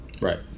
Right